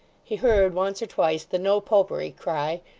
he heard once or twice the no-popery cry,